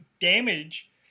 damage